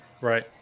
Right